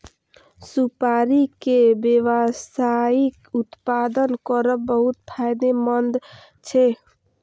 सुपारी के व्यावसायिक उत्पादन करब बहुत फायदेमंद छै